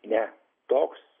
ne toks